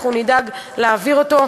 ואנחנו נדאג להעביר אותו.